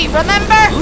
remember